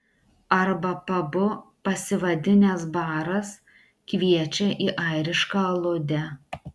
arba pabu pasivadinęs baras kviečia į airišką aludę